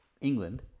England